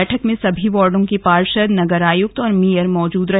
बैठक में समी वार्डों के पार्षद नगर आयुक्त और मेयर मौजूद रहे